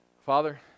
Father